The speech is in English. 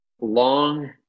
long